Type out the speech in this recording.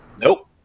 Nope